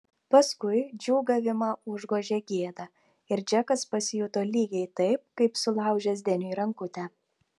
paskui džiūgavimą užgožė gėda ir džekas pasijuto lygiai taip kaip sulaužęs deniui rankutę